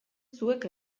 zuek